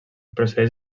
procedeix